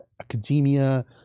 academia